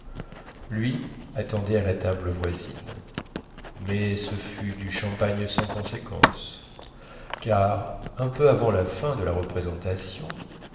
lui attendait à la table voisine mais ce fut du champagne sans conséquence car un peu avant la fin de la représentation